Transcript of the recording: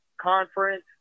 conference